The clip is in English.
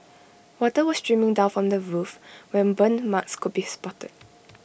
water was streaming down from the roof where burn marks could be spotted